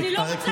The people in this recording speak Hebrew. אני לא אומרת